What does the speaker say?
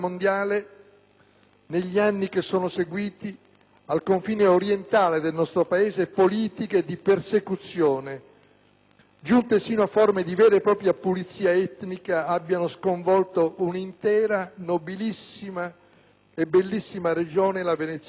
negli anni che sono seguiti, al confine orientale del nostro Paese, politiche di persecuzione giunte sino a forme di vera e propria pulizia etnica abbiano sconvolto un'intera, nobilissima e bellissima Regione, la Venezia Giulia.